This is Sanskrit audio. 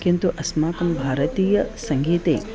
किन्तु अस्माकं भारतीयसङ्गीते